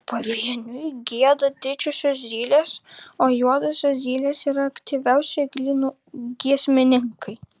pavieniui gieda didžiosios zylės o juodosios zylės yra aktyviausi eglynų giesmininkai